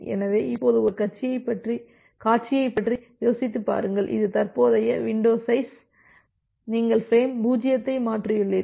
எனவே இப்போது ஒரு காட்சியைப் பற்றி யோசித்துப் பாருங்கள் இது தற்போதைய வின்டோ சைஸ் நீங்கள் பிரேம் 0ஐ மாற்றியுள்ளீர்கள்